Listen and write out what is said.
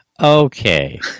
Okay